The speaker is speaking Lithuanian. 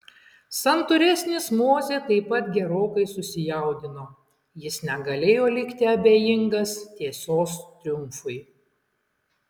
santūresnis mozė taip pat gerokai susijaudino jis negalėjo likti abejingas tiesos triumfui